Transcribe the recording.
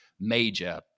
major